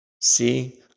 See